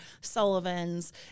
Sullivan's